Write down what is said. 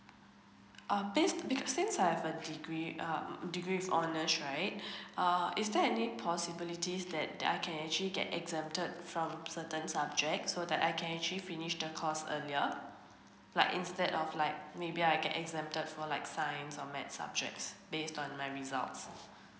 um because since I have a degree um degree of honors right uh is there any possibilities that I can actually get exempted from certain subject so that I can actually finish the course earlier like instead of like maybe I get exempted for like science or math subjects based on my results